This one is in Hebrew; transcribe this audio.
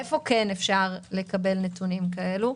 איפה כן אפשר לקבל נתונים כאלה?